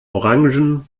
orangen